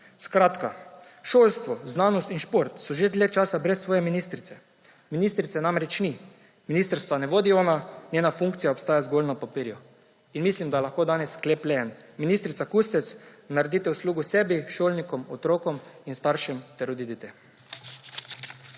Skratka, šolstvo, znanost in šport so že dlje časa brez svoje ministrice. Ministrice namreč ni. Ministrstva ne vodi ona, njena funkcija obstaja zgolj na papirju. Mislim, da je lahko danes sklep le en: ministrica Kustec, naredite uslugo sebi, šolnikom, otrokom in staršem ter odidite.